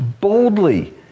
boldly